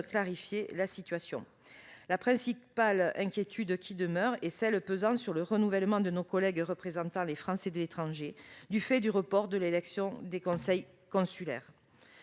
clarifier la situation. La principale inquiétude qui demeure est celle pesant sur le renouvellement de nos collègues représentant les Français de l'étranger, du fait du report de l'élection des conseils consulaires.